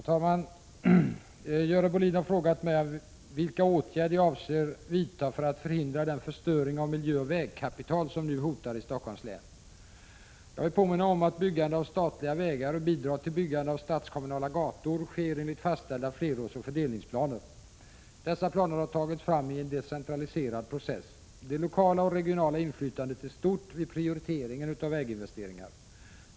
Herr talman! Görel Bohlin har frågat mig vilka åtgärder jag avser vidta för att förhindra den förstöring av miljöoch vägkapital som nu hotar i Stockholms län. Jag vill påminna om att byggande av statliga vägar sker och bidrag till byggande av statskommunala gator utgår enligt fastställda flerårsoch fördelningsplaner. Dessa planer har tagits fram i en decentraliserad process. Det lokala och regionala inflytandet är stort vid prioriteringen av väginvesteringar.